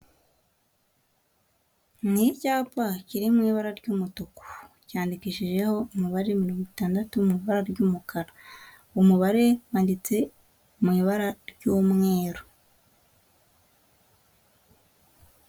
Ni icyapa kiri mu ibara ry'umutuku. Cyandikishijeho umubare mirongo itandatu mu ibara ry'umukara. Umubare wanditse mu ibara ry'umweru.